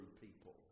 people